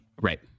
Right